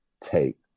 take